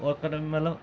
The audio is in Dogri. होर कन्नै मतलब